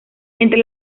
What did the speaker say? entre